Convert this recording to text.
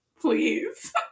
Please